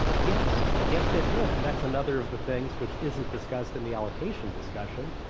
yes, yes there could. and that's another of the things which isn't discussed in the allocation discussion,